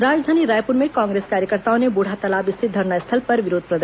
राजधानी रायपुर में कांग्रेस कार्यकताओं ने ब्रढ़ातालाब स्थित धरना स्थल पर विरोध प्रदर्शन किया